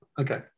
Okay